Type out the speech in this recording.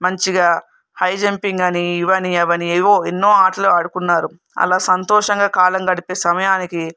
మంచిగా high jumping అని ఇవని అవి అని ఎన్నో ఆటలాడుకున్నారు అలా సంతోషంగా కాలం గడిపే సమయానికి